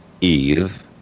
Eve